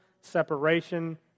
separation